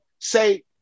say